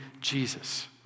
Jesus